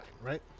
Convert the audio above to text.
right